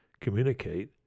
communicate